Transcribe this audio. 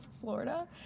florida